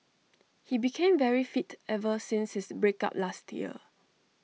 he became very fit ever since his break up last year